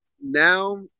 now